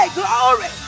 glory